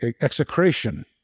execration